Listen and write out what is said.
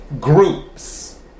Groups